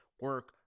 Work